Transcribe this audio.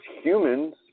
humans